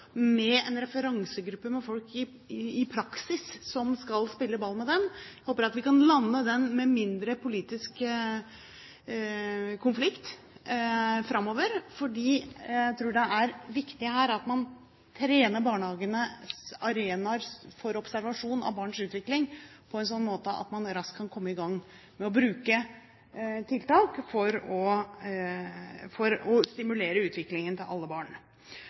med en referansegruppe med folk som i praksis skal spille ball med dem – med mindre politisk konflikt framover, fordi jeg tror det her er viktig at man trener barnehagenes arenaer for observasjon av barns utvikling på en slik måte at man raskt kan komme i gang med å bruke tiltak for å stimulere utviklingen til alle barn.